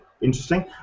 interesting